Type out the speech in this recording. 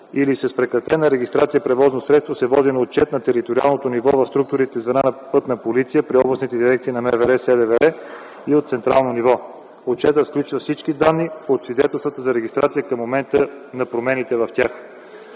или с прекратена регистрация превозно средство се води на отчет на териториалното ниво в структурните звена на „Пътна полиция” при областните дирекции на МВР, СДВР и на централно ниво. Отчетът включва всички данни от свидетелствата за регистрация към момента на промените в тях.